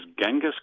Genghis